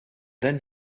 then